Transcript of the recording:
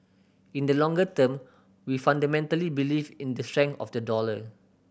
in the longer term we fundamentally believe in the strength of the dollar